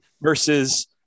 versus